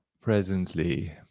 presently